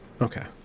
Okay